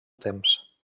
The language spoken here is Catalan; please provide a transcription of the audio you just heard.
temps